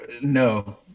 No